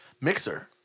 mixer